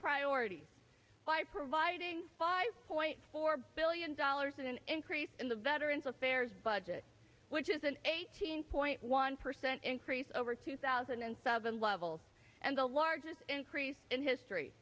priorities by providing five point four billion dollars in an increase in the veterans affairs budget which is an eighteen point one percent increase over two thousand and seven levels and the largest increase in history